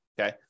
okay